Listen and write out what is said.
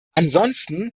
ansonsten